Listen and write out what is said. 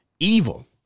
evil